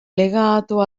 legato